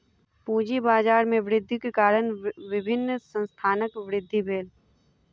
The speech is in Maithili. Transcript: पूंजी बाजार में वृद्धिक कारण विभिन्न संस्थानक वृद्धि भेल